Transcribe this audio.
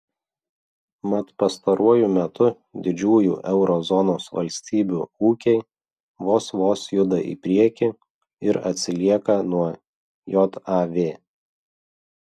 mat pastaruoju metu didžiųjų euro zonos valstybių ūkiai vos vos juda į priekį ir atsilieka nuo jav